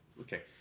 Okay